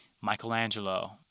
Michelangelo